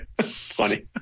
funny